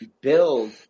build